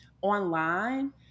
online